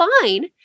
fine